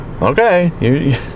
Okay